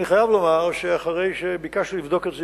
אני חייב לומר שאחרי שביקשנו לבדוק את זה